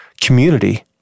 community